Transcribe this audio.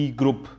group